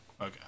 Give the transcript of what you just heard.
okay